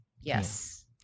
Yes